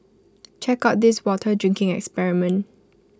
check out this water drinking experiment